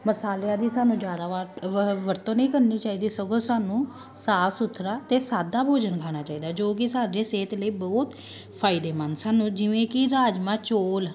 ਮਸਾਲਿਆਂ ਦੀ ਸਾਨੂੰ ਜ਼ਿਆਦਾ ਵਰ ਵਰਤੋਂ ਨਹੀਂ ਕਰਨੀ ਚਾਹੀਦੀ ਸਗੋਂ ਸਾਨੂੰ ਸਾਫ਼ ਸੁਥਰਾ ਅਤੇ ਸਾਦਾ ਭੋਜਨ ਖਾਣਾ ਚਾਹੀਦਾ ਜੋ ਕਿ ਸਾਡੇ ਸਿਹਤ ਲਈ ਬਹੁਤ ਫਾਇਦੇਮੰਦ ਸਾਨੂੰ ਜਿਵੇਂ ਕਿ ਰਾਜਮਾਂਹ ਚੋਲ